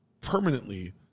permanently